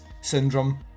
syndrome